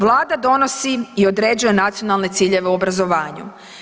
Vlada donosi i određuje nacionalne ciljeve u obrazovanju.